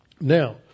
Now